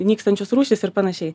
nykstančios rūšys ir panašiai